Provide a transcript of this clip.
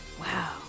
Wow